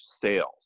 sales